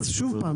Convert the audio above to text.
שוב,